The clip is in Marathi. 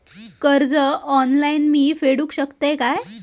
कर्ज ऑनलाइन मी फेडूक शकतय काय?